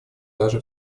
даже